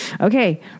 Okay